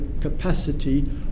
capacity